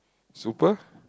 super